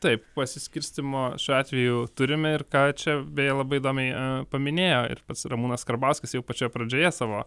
taip pasiskirstymo šiuo atveju turime ir ką čia beje labai įdomiai paminėjo ir pats ramūnas karbauskis jau pačioje pradžioje savo